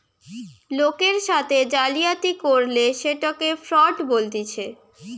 লোকের সাথে জালিয়াতি করলে সেটকে ফ্রড বলতিছে